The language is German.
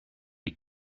die